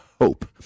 hope